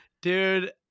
dude